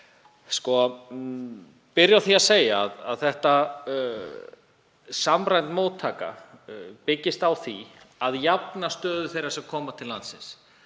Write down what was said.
vil byrja á því að segja að samræmd móttaka byggist á því að jafna stöðu þeirra sem koma til landsins.